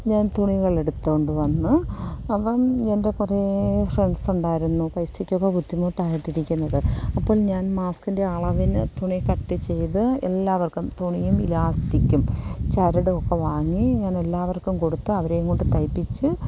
ഞാൻ തുണികൾ എടുത്തു കൊണ്ടു വന്ന് അപ്പം എൻറെ കുറെ ഫ്രണ്ട്സ് ഉണ്ടായിരുന്നു പൈസയ്ക്ക് ഒക്കെ ബുദ്ധിമുട്ടായിട്ടിരിക്കുന്നത് അപ്പോൾ ഞാൻ മാസ്കിൻറെ അളവിനു തുണി കട്ട് ചെയ്ത് എല്ലാവർക്കും തുണിയും ഇലാസ്റ്റിക്കും ചരടും ഒക്കെ വാങ്ങി ഞാൻ എല്ലാവർക്കും കൊടുത്ത് അവരെയും കൊണ്ടു തയ്പ്പിച്ച്